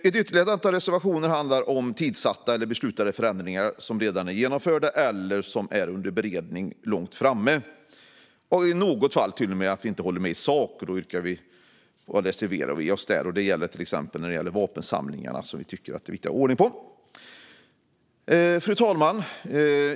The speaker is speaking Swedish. Ytterligare ett antal reservationer handlar om tidssatta eller beslutade förändringar som redan är genomförda eller som är under beredning och långt framme i beredningen. I något fall håller vi inte med i sak, och då reserverar vi oss. Det gäller till exempel vapensamlingarna; vi tycker att det är viktigt att ha ordning på dem. Fru talman!